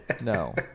no